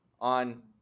on